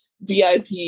VIP